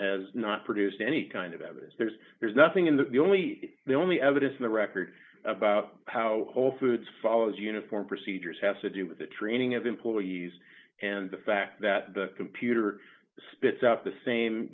has not produced any kind of evidence there's there's nothing in that the only the only evidence in the record about how whole foods follows uniform procedures has to do with the training of employees and the fact that the computer spits out the same